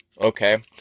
Okay